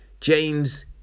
James